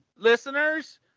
Listeners